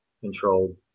controlled